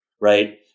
right